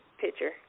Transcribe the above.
picture